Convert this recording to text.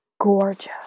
gorgeous